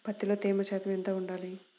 పత్తిలో తేమ శాతం ఎంత ఉండాలి?